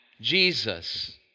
Jesus